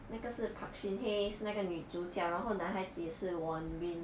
那个是 park shin hye 是那个女主角然后男孩子也是 hyun bin